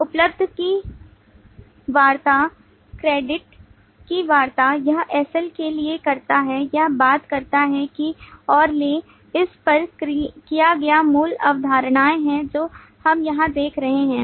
उपलब्ध की वार्ता credit की वार्ता यह SL के लिए करता है यह बात करता है कि और क्या ले इस पर किया गया मूल अवधारणाएं हैं जो हम यहां देख रहे हैं